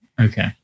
Okay